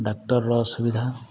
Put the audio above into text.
ଡାକ୍ତରର ଅସୁବିଧା